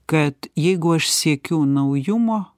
kad jeigu aš siekiu naujumo